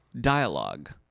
dialogue